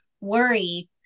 worry